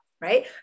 right